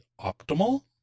optimal